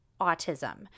autism